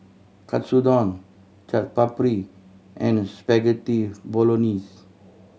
Katsudon Chaat Papri and Spaghetti Bolognese